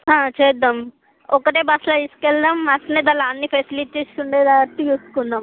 ఆ చేద్దాం ఒకటే బస్లో తీసుకెళ్దాం బస్ మీదలో అన్ని ఫెసిలిటీస్ ఉండేదట్టు చూస్కుందాం